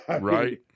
Right